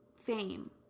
fame